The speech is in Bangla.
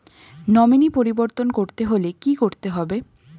নমিনি পরিবর্তন করতে হলে কী করতে হবে?